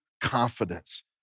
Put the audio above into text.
confidence